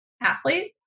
athlete